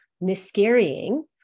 miscarrying